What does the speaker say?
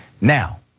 Now